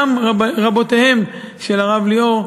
גם רבותיו של הרב ליאור,